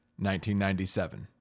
1997